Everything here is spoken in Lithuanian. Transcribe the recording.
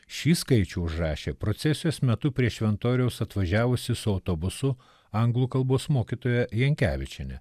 šį skaičių užrašė procesijos metu prie šventoriaus atvažiavusi su autobusu anglų kalbos mokytoja jankevičienė